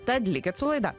tad likit su laida